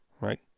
right